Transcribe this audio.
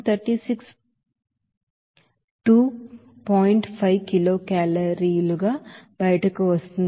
5 kilo కేలరీలుగా బయటకు వస్తోంది